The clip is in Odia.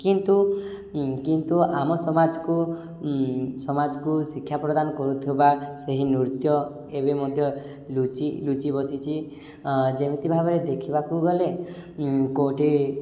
କିନ୍ତୁ କିନ୍ତୁ ଆମ ସମାଜକୁ ସମାଜକୁ ଶିକ୍ଷା ପ୍ରଦାନ କରୁଥିବା ସେହି ନୃତ୍ୟ ଏବେ ମଧ୍ୟ ଲୁଚି ଲୁଚି ବସିଛି ଯେମିତି ଭାବରେ ଦେଖିବାକୁ ଗଲେ କେଉଁଠି